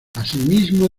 asimismo